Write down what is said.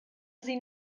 sie